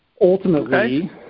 Ultimately